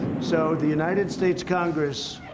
so the united states congress,